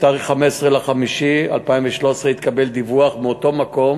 ב-15 במאי 2013 התקבל דיווח מאותו מקום